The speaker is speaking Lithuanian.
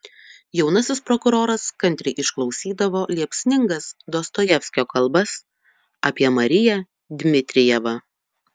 jaunasis prokuroras kantriai išklausydavo liepsningas dostojevskio kalbas apie mariją dmitrijevą